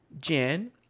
Jen